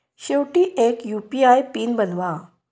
शेवटी एक UPI pin बनवा